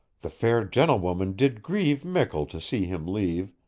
the fair gentlewoman did grieve mickle to see him leave,